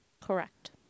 Correct